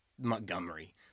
Montgomery